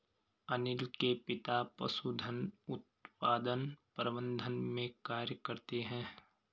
अनील के पिता पशुधन उत्पादन प्रबंधन में कार्य करते है